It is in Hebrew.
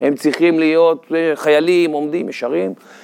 הם צריכים להיות חיילים, עומדים, ישרים.